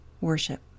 worship